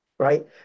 Right